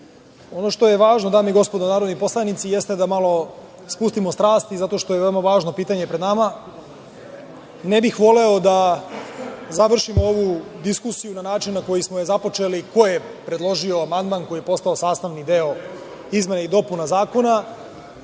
Ono što je važno dame i gospodo narodni poslanici, jeste da malo spustimo strasti zato što je veoma važno pitanje pred nama. Ne bih voleo da završimo ovu diskusiju na način na koji smo je započeli ko je predložio amandman koji je postao sastavni deo izmena i dopuna Zakona.